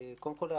קודם כול,